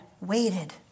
waited